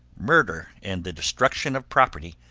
murder, and the destruction of property,